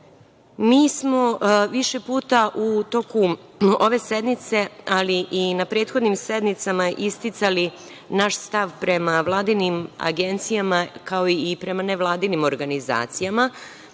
smo više puta u toku ove sednice, ali i na prethodnim sednicama isticali naš stav prema vladinim agencijama, kao i prema nevladinim organizacijama